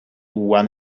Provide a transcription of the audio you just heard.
one